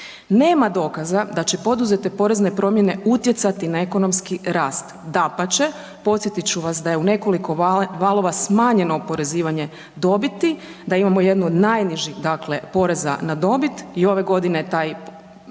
Nema dokaza da će poduzete porezne promjene utjecati na ekonomski rast. Dapače, podsjetit ću vas da je u nekoliko valova smanjeno oporezivanje dobiti, da imamo jednu od najnižih dakle poreza na dobit i ove godine je